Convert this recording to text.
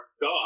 god